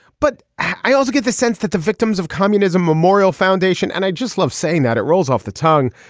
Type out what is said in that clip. but i also get the sense that the victims of communism memorial foundation and i just love saying that it rolls off the tongue.